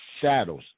shadows